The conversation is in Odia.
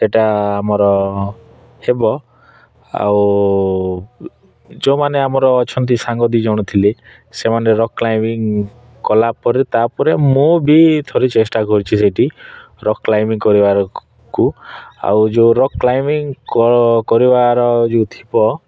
ସେଟା ଆମର ହେବ ଆଉ ଯେଉଁମାନେ ଆମର ଅଛନ୍ତି ସାଙ୍ଗ ଦୁଇ ଜଣ ଥିଲେ ସେମାନେ ରକ୍ କ୍ଲାଇମ୍ବିଂ କଲା ପରେ ତାପରେ ମୁଁ ବି ଥରେ ଚେଷ୍ଟା କରିଛି ସେଠି ରକ୍ କ୍ଲାଇମ୍ବିଂ କରିବାରକୁ ଆଉ ଯୋଉ ରକ୍ କ୍ଲାଇମ୍ବିଂ କ କରିବାର ଯେଉଁ ଥିବ